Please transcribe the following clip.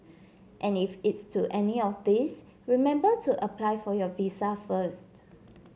and if it's to any of these remember to apply for your visa first